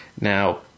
now